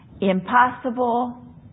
Impossible